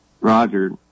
Roger